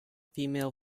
female